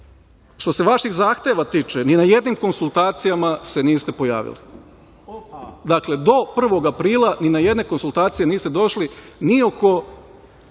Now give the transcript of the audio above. se vaših zahteva tiče, ni na jednim konsultacijama se niste pojavili. Dakle, do prvog aprila ni na jedne konsultacije niste došli ni sa